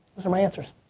those are my answers.